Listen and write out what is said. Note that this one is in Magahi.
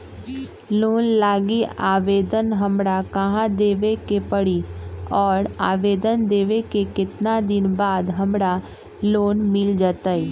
लोन लागी आवेदन हमरा कहां देवे के पड़ी और आवेदन देवे के केतना दिन बाद हमरा लोन मिल जतई?